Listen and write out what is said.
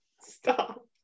Stop